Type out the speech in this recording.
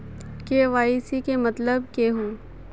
KYC के मतलब केहू?